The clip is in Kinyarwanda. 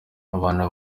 abantu